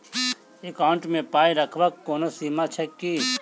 Account मे पाई रखबाक कोनो सीमा छैक की?